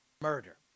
murder